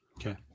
Okay